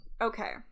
Okay